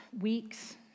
weeks